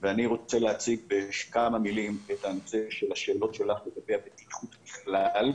אציג בכמה מילים את הנושא של השאלות שלך לגבי הבטיחות בכלל,